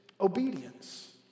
obedience